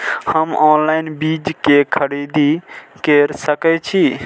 हम ऑनलाइन बीज के खरीदी केर सके छी?